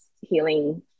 healing